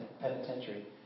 penitentiary